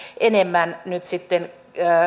enemmän nyt sitten